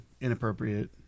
inappropriate